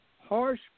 harsh